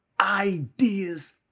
ideas